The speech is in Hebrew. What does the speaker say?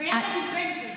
ביחד עם בן גביר.